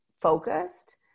focused